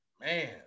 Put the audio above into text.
Man